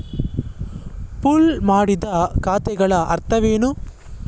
Pool ಮಾಡಿದ ಖಾತೆಗಳ ಅರ್ಥವೇನು?